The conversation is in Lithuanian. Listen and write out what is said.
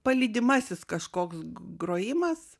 palydimasis kažkoks grojimas